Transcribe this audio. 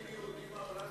כשהורגים יהודים העולם שותק.